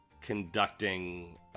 conducting